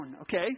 okay